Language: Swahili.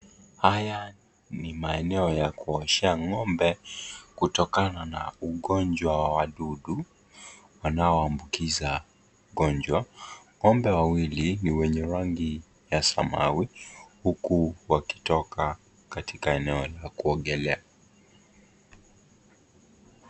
Haya ni maeneo ya kuoshea ng'ombe kutokana na ugonjwa wa wadudu wanaoambukiza ugonjwa. Ng'ombe wawili ni wenye rangi ya samawi huku wakitoka katika eneo ya kuogelea.